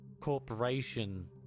corporation